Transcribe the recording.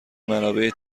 منابع